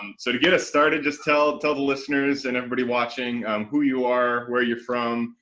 um so to get us started, just tell tell the listeners and everybody watching who you are, where you're from,